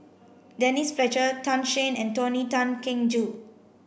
Denise Fletcher Tan Shen and Tony Tan Keng Joo